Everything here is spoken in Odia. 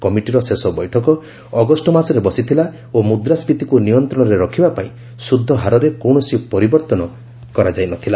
କମିଟିର ଶେଷ ବୈଠକ ଅଗଷ୍ଟ ମାସରେ ବସିଥିଲା ଓ ମୁଦ୍ରାସ୍କିତିକୁ ନିୟନ୍ତ୍ରଣରେ ରଖିବା ପାଇଁ ସୁଧ ହାରରେ କୌଣସି ପରିବର୍ତ୍ତନ କରାଯାଇ ନ ଥିଲା